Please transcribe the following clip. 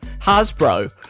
Hasbro